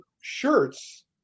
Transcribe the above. shirts